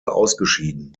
ausgeschieden